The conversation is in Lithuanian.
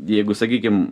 jeigu sakykim